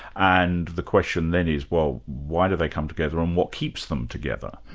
and the question then is, well, why do they come together and what keeps them together?